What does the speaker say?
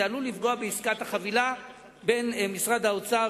עלול לפגוע בעסקת החבילה בין משרד האוצר,